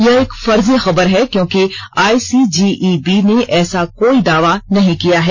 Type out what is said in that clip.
यह एक फर्जी खबर है क्योंकि आईसीजीईबी ने ऐसा कोई दावा नहीं किया है